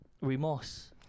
remorse